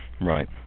Right